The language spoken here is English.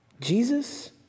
Jesus